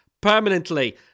permanently